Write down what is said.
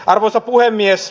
arvoisa puhemies